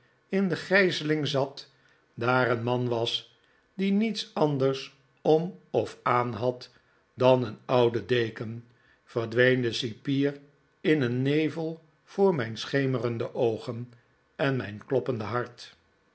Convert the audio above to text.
in de gijzeling zat daar een man was die niets anders om of aanhad dan een oude deken verdween de cipier in een nevel voor mijn schemerende oogen en mijn kloppende hart